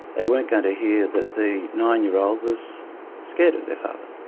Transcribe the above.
they weren't going to hear that the nine-year-old was scared of their father.